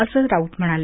असं राऊत म्हणाले